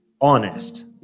honest